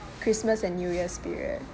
christmas and new year's period